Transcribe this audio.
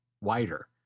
wider